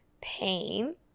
pain